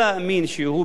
בעד חיים משותפים,